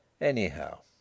Anyhow